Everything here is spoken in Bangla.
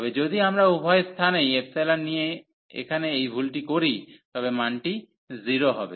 তবে যদি আমরা উভয় স্থানেই নিয়ে এখানে এই ভুলটি করি তবে মানটি 0 হবে